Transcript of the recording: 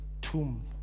tomb